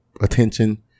attention